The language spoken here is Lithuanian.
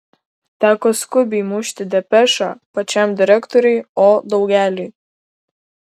teko skubiai mušti depešą pačiam direktoriui o daugeliui